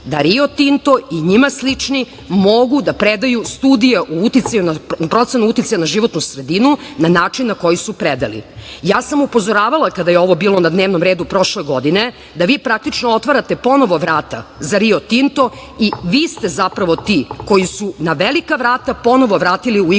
da "Rio Tinto" i njima slični mogu da predaju studije o proceni uticaja na životnu sredinu na način na koji su predali. Ja sam upozoravala, kada je ovo bilo na dnevnom redu prošle godine, da vi praktično otvarate ponovo vrata za "Rio Tinto" i vi ste zapravo ti koji su na velika vrata ponovo vratili u igru